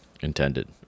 intended